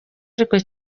ariko